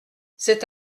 c’est